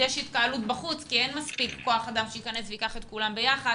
יש התקהלות בחוץ כי אין מספיק כוח אדם שייכנס וייקח את כולם ביחד.